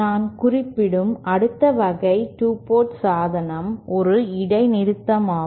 நான் குறிப்பிடும் அடுத்த வகை 2 போர்ட் சாதனம் ஒரு இடைநிறுத்தமாகும்